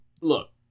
Look